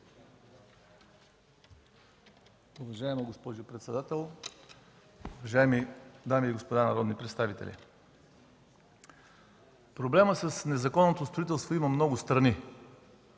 Уважаема госпожо председател, уважаеми дами и господа народни представители! Проблемът с незаконното строителство има много страни.